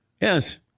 Yes